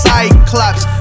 Cyclops